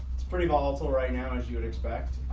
it's pretty volatile right now as you would expect,